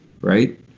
right